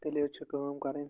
تیٚلہِ حظ چھِ کٲم کَرٕنۍ